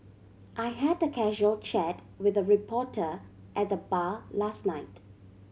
I had a casual chat with a reporter at the bar last night